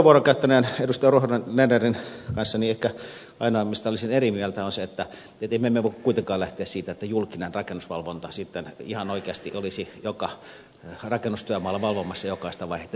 ruohonen lernerin kanssa ehkä ainoa asia mistä olisin eri mieltä on se että me emme voi kuitenkaan lähteä siitä että julkinen rakennusvalvonta ihan oikeasti olisi joka rakennustyömaalla valvomassa jokaista vaihetta